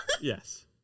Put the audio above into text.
yes